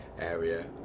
area